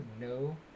no